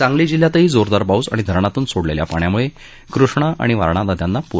सांगली जिल्ह्यात जोरदार पाऊस आणि धरणातून सोडलेल्या पाण्यामुळे कृष्णा आणि वारणा नद्यांना पबर आला आहे